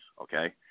okay